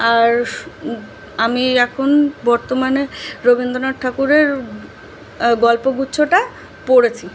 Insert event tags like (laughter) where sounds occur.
আর (unintelligible) আমি এখন বর্তমানে রবীন্দ্রনাথ ঠাকুরের গল্পগুচ্ছটা পড়েছি